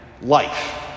Life